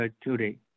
today